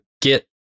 get